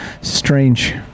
Strange